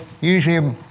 usually